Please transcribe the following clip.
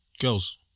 girls